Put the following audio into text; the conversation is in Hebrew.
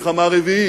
פשע מלחמה רביעי.